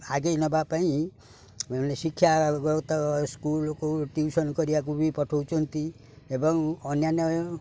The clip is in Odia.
ଆଗେଇ ନବା ପାଇଁ ଶିକ୍ଷାଗତ ସ୍କୁଲ୍କୁ ଟିଉସନ୍ କରିବାକୁ ବି ପଠଉଛନ୍ତି ଏବଂ ଅନ୍ୟାନ୍ୟ